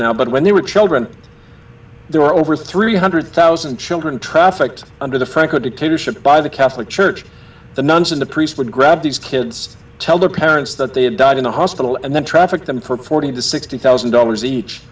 now but when they were children there are over three hundred thousand children trafficked under the franco detention by the catholic church the nuns in the priest would grab these kids tell their parents that they had died in the hospital and then trafficked them for forty to sixty thousand dollars each